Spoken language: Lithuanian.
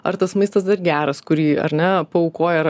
ar tas maistas dar geras kurį ar ne paaukoja ar